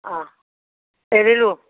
অঁ এৰিলোঁ